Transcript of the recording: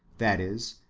that is,